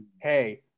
hey